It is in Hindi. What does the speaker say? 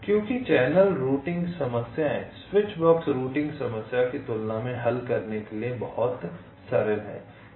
क्योंकि चैनल रूटिंग समस्याएँ स्विच बॉक्स रूटिंग समस्या की तुलना में हल करने के लिए बहुत सरल हैं